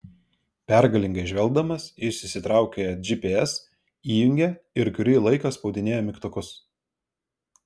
pergalingai žvelgdamas jis išsitraukė gps įjungė ir kurį laiką spaudinėjo mygtukus